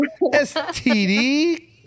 STD